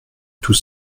tout